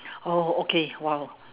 oh okay !wow!